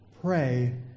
Pray